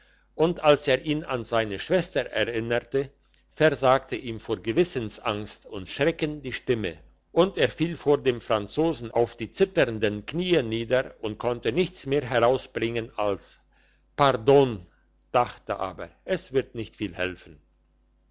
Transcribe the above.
und als er ihn an seine schwester erinnerte versagte ihm vor gewissensangst und schrecken die stimme und er fiel vor dem franzosen auf die zitternden knie nieder und konnte nichts mehr herausbringen als pardon dachte aber es wird nicht viel helfen